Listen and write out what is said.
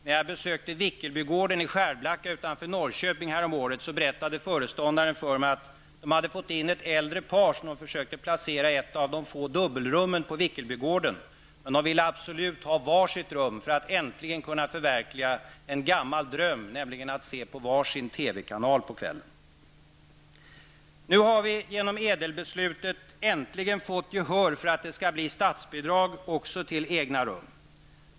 När jag häromåret besökte Vickelbygården i Skärblacka utanför Norrköping, berättade föreståndaren om ett äkta par, som man hade försökt placera i ett av de få dubbelrummen, men de ville abosolut ha var sitt enkelrum för att äntligen kunna förverkliga en gammal dröm, nämligen att kunna titta på var sin Nu har vi genom Ädelbeslutet äntligen fått gehör för att det skall bli statsbidrag också till egna rum.